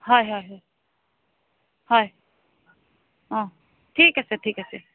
হয় হয় হয় হয় অঁ ঠিক আছে ঠিক আছে